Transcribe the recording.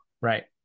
Right